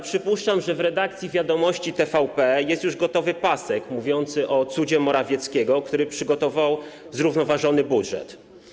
Przypuszczam, że w redakcji „Wiadomości” TVP jest już gotowy pasek mówiący o cudzie Morawieckiego, który przygotował zrównoważony budżet.